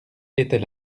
était